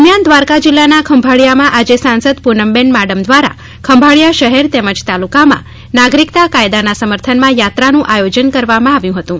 દરમ્યાન દ્વારકા જીલ્લાના ખંભાળીયામાં આજે સાંસદ પુનમબેન માડમ દ્વારા ખંભાળીયા શહેર તેમજ તાલુકામાં નાગરિકતા કાયદાના સમર્થનામાં યાત્રાનું આયોજન કરવામાં આવ્યું હતું